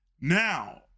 Now